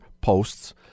posts